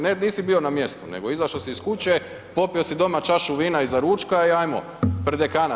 Ne nisi bio na mjestu nego izašao si iz kuće, popio si doma čašu vina iza ručka i ajmo prdekana.